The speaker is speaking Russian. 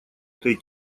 этой